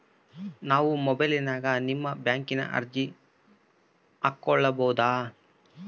ನಾವು ಮೊಬೈಲಿನ್ಯಾಗ ನಿಮ್ಮ ಬ್ಯಾಂಕಿನ ಅರ್ಜಿ ಹಾಕೊಬಹುದಾ?